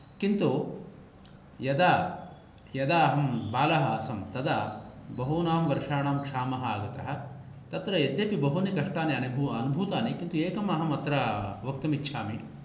किन्तु यदा यदा अहं बालः आसम् तदा बहूनां वर्षाणां क्षामः आगतः तत्र यद्यपि बहूनि कष्टानि अनुभू अनुभुतानि किन्तु एकं अत्र वक्तुम् इच्छामि